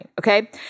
Okay